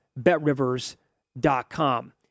BetRivers.com